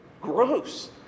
gross